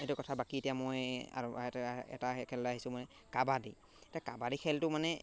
এইটো কথা বাকী এতিয়া মই আৰু এটা এটা খেললৈ আহিছোঁ মই কাবাডী এতিয়া কাবাডী খেলটো মানে